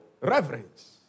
reverence